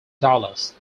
dallas